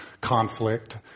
conflict